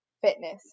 fitness